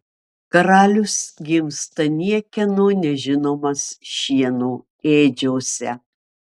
karalius gimsta niekieno nežinomas šieno ėdžiose